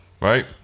Right